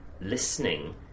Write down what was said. listening